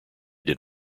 did